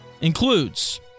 includes